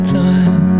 time